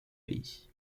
pays